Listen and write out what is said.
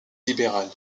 libérales